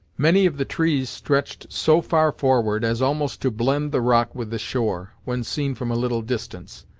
many of the trees stretched so far forward, as almost to blend the rock with the shore, when seen from a little distance,